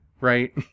right